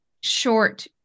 short